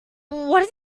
what